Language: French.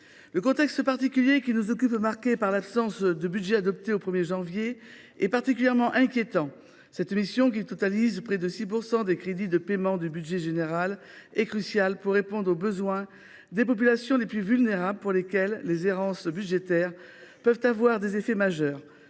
Le contexte particulier qui nous occupe, marqué par l’absence de budget adopté au 1 janvier, est particulièrement inquiétant. Cette mission, qui totalise près de 6 % des crédits de paiement du budget général, est cruciale pour répondre aux besoins des populations les plus vulnérables pour lesquelles les errances budgétaires peuvent avoir des effets majeurs.